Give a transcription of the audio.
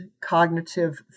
cognitive